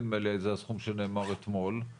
נדמה לי זה הסכום שנאמר אתמול,